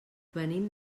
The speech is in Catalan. venim